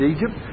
Egypt